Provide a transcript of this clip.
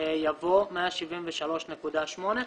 יבוא "173.8".